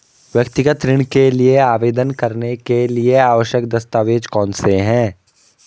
व्यक्तिगत ऋण के लिए आवेदन करने के लिए आवश्यक दस्तावेज़ कौनसे हैं?